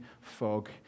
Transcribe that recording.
fog